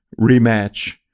rematch